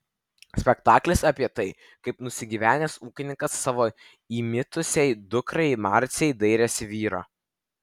spektaklis apie tai kaip nusigyvenęs ūkininkas savo įmitusiai dukrai marcei dairėsi vyro